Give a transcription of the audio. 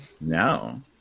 No